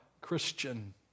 Christian